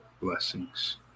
Blessings